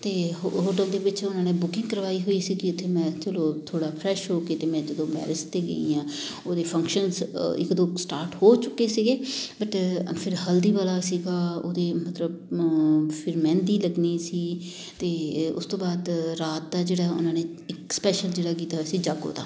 ਅਤੇ ਹੋਟਲ ਦੇ ਵਿੱਚ ਉਹਨਾਂ ਨੇ ਬੁਕਿੰਗ ਕਰਵਾਈ ਹੋਈ ਸੀਗੀ ਉੱਥੇ ਮੈਂ ਚਲੋ ਥੋੜ੍ਹਾ ਫਰੈਸ਼ ਹੋ ਕੇ ਅਤੇ ਮੈਂ ਜਦੋਂ ਮੈਰਿਜ 'ਤੇ ਗਈ ਹਾਂ ਉਹਦੇ ਫੰਕਸ਼ਨਸ ਇੱਕ ਦੋ ਸਟਾਰਟ ਹੋ ਚੁੱਕੇ ਸੀਗੇ ਬਟ ਫਿਰ ਹਲਦੀ ਵਾਲਾ ਸੀਗਾ ਉਹਦੇ ਮਤਲਬ ਫਿਰ ਮਹਿੰਦੀ ਲੱਗਣੀ ਸੀ ਅਤੇ ਉਸ ਤੋਂ ਬਾਅਦ ਰਾਤ ਦਾ ਜਿਹੜਾ ਉਹਨਾਂ ਨੇ ਇੱਕ ਸਪੈਸ਼ਲ ਜਿਹੜਾ ਕੀਤਾ ਸੀ ਜਾਗੋ ਦਾ